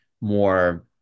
more